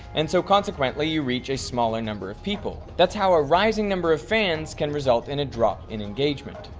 and so consequently you reach a smaller number of people. that's how a rising number of fans can result in a drop in engagement.